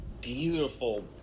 beautiful